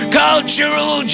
cultural